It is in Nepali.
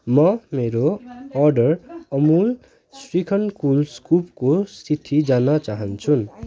म मेरो अर्डर अमुल श्रीखण्ड कुल स्कुपको स्थिति जान्न चाहन्छु